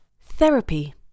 Therapy